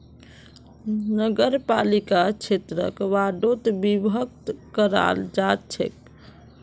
नगरपालिका क्षेत्रक वार्डोत विभक्त कराल जा छेक